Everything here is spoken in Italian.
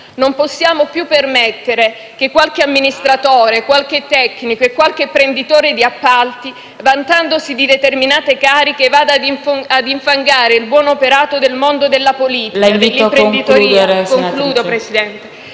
Non possiamo più permettere che qualche amministratore, qualche tecnico e qualche "prenditore" di appalti, vantandosi di determinate cariche, vada ad infangare il buon operato del mondo della politica, dell'imprenditoria, degli ordini